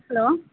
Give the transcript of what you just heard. hello